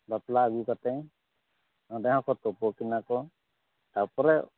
ᱵᱟᱯᱞᱟ ᱟᱹᱜᱩ ᱠᱟᱛᱮ ᱱᱚᱸᱰᱮ ᱦᱚᱸᱠᱚ ᱛᱳᱯᱳ ᱠᱤᱱᱟᱹ ᱠᱚ ᱛᱟᱯᱚᱨᱮ